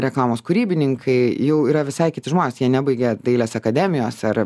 reklamos kūrybininkai jau yra visai kiti žmonės jie nebaigė dailės akademijos ar